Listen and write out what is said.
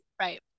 Right